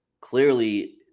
clearly